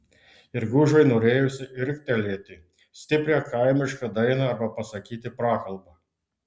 ir gužui norėjosi riktelėti stiprią kaimišką dainą arba pasakyti prakalbą